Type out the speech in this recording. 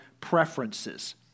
preferences